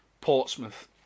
Portsmouth